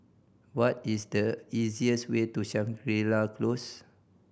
what is the easiest way to Shangri La Close